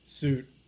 Suit